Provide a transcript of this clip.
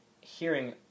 hearing